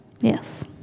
Yes